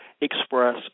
express